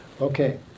Okay